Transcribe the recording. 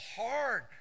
hard